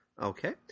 Okay